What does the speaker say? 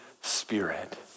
Spirit